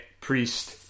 priest